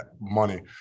money